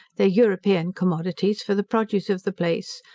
their european commodities for the produce of the place,